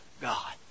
God